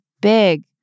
big